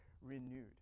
renewed